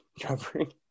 covering